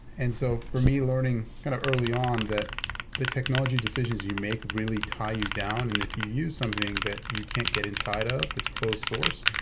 and so, for me, learning kind of early on that the technology decisions you make really tie you down, and if you use something that you can't get inside of that's close source,